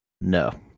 No